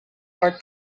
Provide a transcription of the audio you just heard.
are